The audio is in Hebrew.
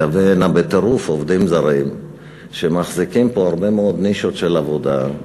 לייבא הנה בטירוף עובדים זרים שמחזיקים פה הרבה מאוד נישות של עבודה,